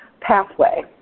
pathway